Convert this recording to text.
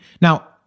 Now